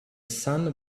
sun